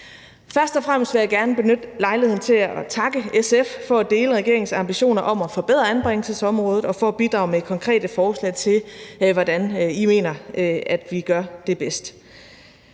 Først og fremmest vil jeg gerne benytte lejligheden til at takke SF for at dele regeringens ambition om at forbedre anbringelsesområdet og for at bidrage med konkrete spørgsmål til, hvordan I mener at vi gør det bedst